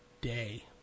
day